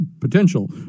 potential